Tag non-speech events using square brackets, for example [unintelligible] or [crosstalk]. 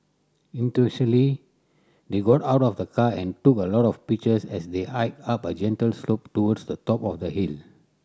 [unintelligible] they got out of the car and took a lot of pictures as they hiked up a gentle slope towards the top of the hill